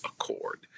accord